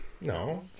No